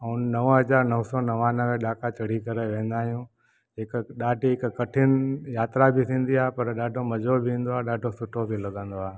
ऐं नव हज़ार नव सौ नवानवें ॾाका चढ़ी करे वेंदा आहियूं हिक ॾाढी हिक कठिन यात्रा बि थींदी आहे पर ॾाढो मजो बि ईंदो आहे ॾाढो सुठो बि लगंदो आहे